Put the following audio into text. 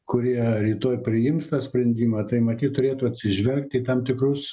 kurie rytoj priims sprendimą tai matyt turėtų atsižvelgt į tam tikrus